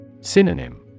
Synonym